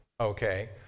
Okay